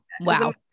Wow